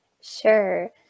Sure